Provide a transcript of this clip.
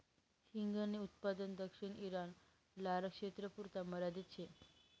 हिंगन उत्पादन दक्षिण ईरान, लारक्षेत्रपुरता मर्यादित शे